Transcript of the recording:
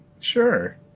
Sure